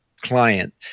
client